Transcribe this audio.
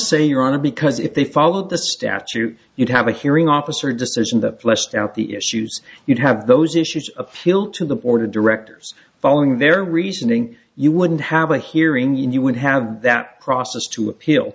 say your honor because if they followed the statute you'd have a hearing officer decision that fleshed out the issues you'd have those issues of feel to the board of directors following their reasoning you wouldn't have a hearing you would have that process to appeal